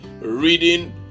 Reading